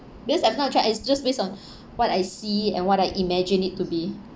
based I've not tried it's just based on what I see and what I imagine it to be